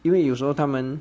因为有时候他们